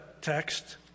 text